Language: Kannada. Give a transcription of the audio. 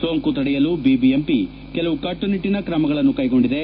ಸೋಂಕು ತಡೆಯಲು ಬಿಬಿಎಂಪಿ ಕೆಲವು ಕಟ್ಟುನಿಟ್ಟನ ಕ್ರಮಗಳನ್ನು ಕೈಗೊಂಡಿದೆ